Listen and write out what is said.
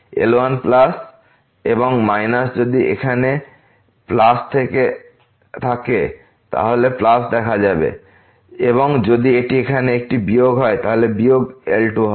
L1 plus এবং minus যদি এখানে প্লাস থাকে তাহলে প্লাস দেখা যাবে এবং যদি এটি এখানে একটি বিয়োগ হয় তাহলে বিয়োগ L2 হবে